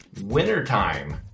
Wintertime